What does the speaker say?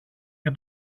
και